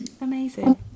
amazing